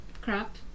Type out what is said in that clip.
crap